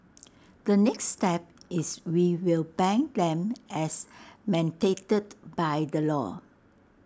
the next step is we will ban them as mandated by the law